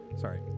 Sorry